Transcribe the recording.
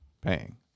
paying